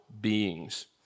beings